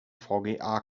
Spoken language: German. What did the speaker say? vga